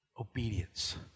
obedience